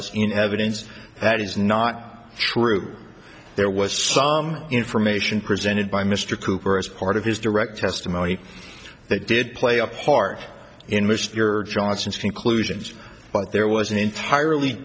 in evidence that he's not sure who there was some information presented by mr cooper as part of his direct testimony that did play a part in which to your johnson's conclusions but there was an entirely